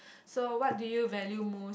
so what do you value most